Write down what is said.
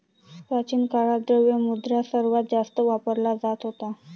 प्राचीन काळात, द्रव्य मुद्रा सर्वात जास्त वापरला जात होता